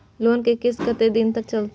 Loan के किस्त कत्ते दिन तक चलते?